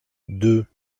deux